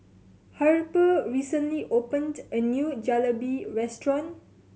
Harper recently opened a new Jalebi Restaurant